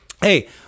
Hey